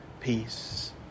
peace